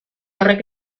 horrek